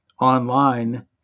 online